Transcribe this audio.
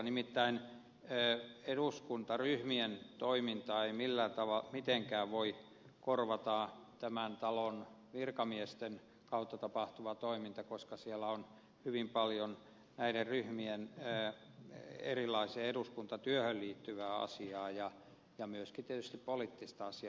nimittäin eduskuntaryhmien toimintaa ei mitenkään voi korvata tämän talon virkamiesten kautta tapahtuva toiminta koska siellä on hyvin paljon näiden ryhmien erilaiseen eduskuntatyöhön liittyvää asiaa ja myöskin tietysti poliittista asiaa